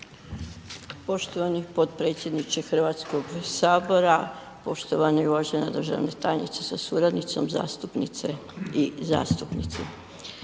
Poštovani potpredsjedniče HS, poštovani i uvaženi državni tajniče sa suradnicom, zastupnice i zastupnici.